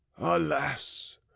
alas